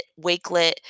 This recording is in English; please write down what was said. Wakelet